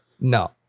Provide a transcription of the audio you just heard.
No